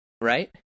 right